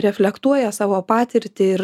reflektuoja savo patirtį ir